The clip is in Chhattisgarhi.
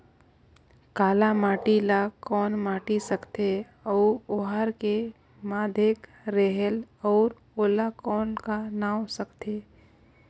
काला माटी ला कौन माटी सकथे अउ ओहार के माधेक रेहेल अउ ओला कौन का नाव सकथे?